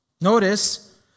Notice